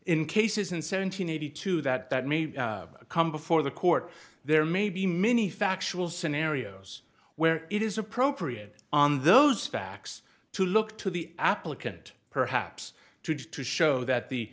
in cases in seven hundred eighty two that that may come before the court there may be many factual scenarios where it is appropriate on those facts to look to the applicant perhaps to to show that